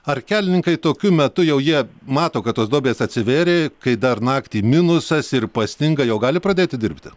ar kelininkai tokiu metu jau jie mato kad tos duobės atsivėrė kai dar naktį minusas ir pasninga jau gali pradėti dirbti